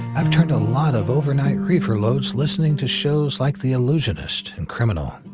i've turned a lot of overnight reefer loads listening to shows like the allusionist and criminal.